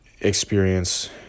experience